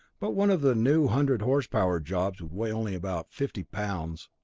but one of the new hundred horsepower jobs would weigh only about fifty pounds.